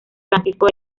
francisco